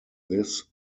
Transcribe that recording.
this